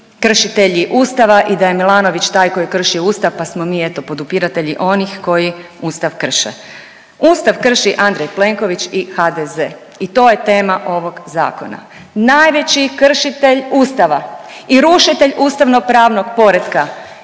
kršitelji Ustava i da je Milanović taj koji je kršio Ustav pa smo mi eto podupiratelji onih koji Ustav krše. Ustav krši Andrej Plenković i HDZ i to je tema ovog zakona. Najveći kršitelj Ustava i rušitelj ustavnopravnog poretka